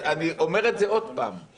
אני אומר את זה עוד פעם,